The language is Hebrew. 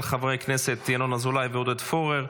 של חברי הכנסת ינון אזולאי ועודד פורר.